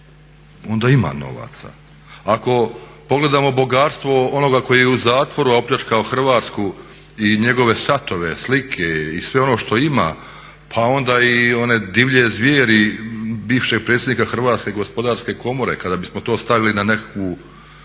onda ima novaca. Ako pogledamo bogatstvo onoga koji je u zatvoru, a opljačkao Hrvatsku i njegove satove, slike i sve ono što ima, pa onda i one divlje zvijeri bivšeg predsjednika Hrvatske gospodarske komore, kada bismo to stavili na nekakvu